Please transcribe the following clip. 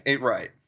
right